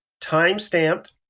time-stamped